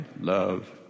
love